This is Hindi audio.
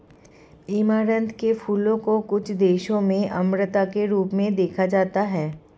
ऐमारैंथ के फूलों को कुछ देशों में अमरता के रूप में देखा जाता है